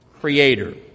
creator